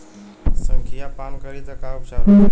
संखिया पान करी त का उपचार होखे?